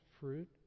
fruit